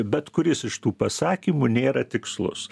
bet kuris iš tų pasakymų nėra tikslus